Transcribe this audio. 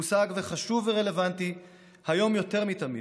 מושג חשוב ורלוונטי היום יותר מתמיד.